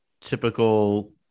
typical